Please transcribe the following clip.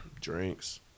Drinks